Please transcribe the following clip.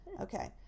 Okay